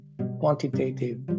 quantitative